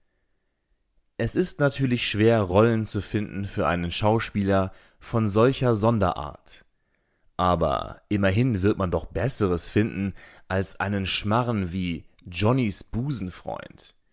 es ist natürlich schwer rollen zu finden für einen schauspieler von solcher sonderart aber immerhin wird man doch besseres finden als einen schmarren wie